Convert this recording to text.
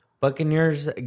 Buccaneers